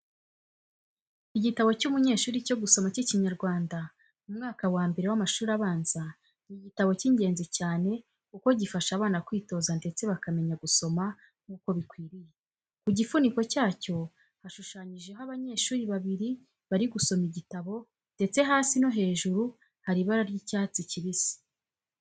Igitabo cy'umunyeshuri cyo gusoma cy'Ikinyarwanda mu mwaka wa mbere w'amashuri abanza, ni igitabo cy'ingenzi cyane kuko gifasha abana kwitoza ndetse bakamenya gusoma nk'uko bikwiriye. Ku gifuniko cyacyo hashushanyijeho abanyeshuri babiri bari gusoma igitabo ndetse hasi no hejuru hari ibara ry'icyatsi kibisi.